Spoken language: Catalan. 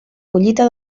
collita